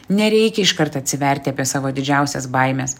nereikia iškart atsiverti apie savo didžiausias baimes